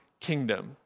kingdom